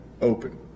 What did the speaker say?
open